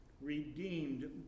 redeemed